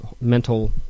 mental